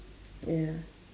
ya